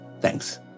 Thanks